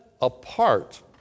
apart